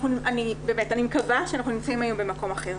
אני מקווה שאנחנו נמצאים היום במקום אחר.